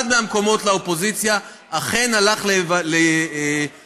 אחד מהמקומות לאופוזיציה אכן הלך למרצ,